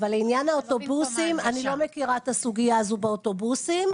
אבל אני לא מכירה את הסוגייה הזו באוטובוסים,